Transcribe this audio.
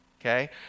Okay